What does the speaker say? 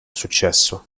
successo